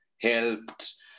helped